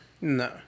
No